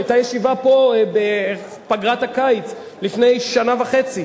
היתה ישיבה פה בפגרת הקיץ לפני שנה וחצי.